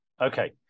Okay